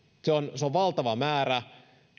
se on se on valtava määrä